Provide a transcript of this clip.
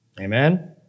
Amen